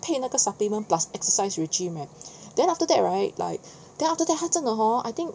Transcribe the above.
配那个 supplement plus exercise regime leh then after that right like then after that 他真的 hor I think